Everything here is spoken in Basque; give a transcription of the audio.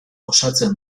osatzen